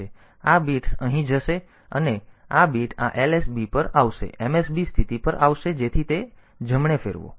તેથી આ બિટ્સ અહીં જશે અને આ બીટ આ LSB પર આવશે MSB સ્થિતિ પર આવશે જેથી તે જમણે ફેરવો